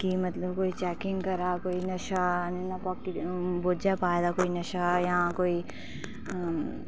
कि मतलब कोई चैकिंग करा दा कोई नशे नेईं नां बोझै पाए दा कोई नशा जां कोई